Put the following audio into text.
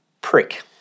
prick